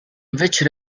which